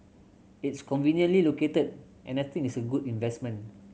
it's conveniently located and I think it's a good investment